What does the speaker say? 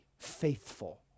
Faithful